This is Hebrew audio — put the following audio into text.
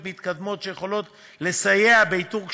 מתקדמות שיכולות לסייע באיתור כשלים,